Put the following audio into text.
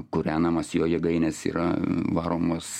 kūrenamas jo jėgainės yra varomos